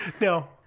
No